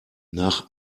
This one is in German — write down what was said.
nach